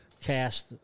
cast